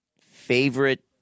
Favorite